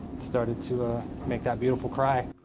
started to ah make that beautiful cry.